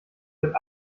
wird